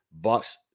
bucks